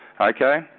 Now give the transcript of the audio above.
Okay